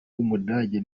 w’umudage